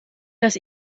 das